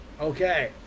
Okay